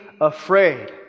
afraid